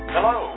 Hello